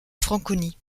franconie